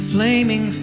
Flaming